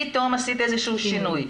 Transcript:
פתאום עשית איזשהו שינוי.